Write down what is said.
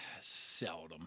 Seldom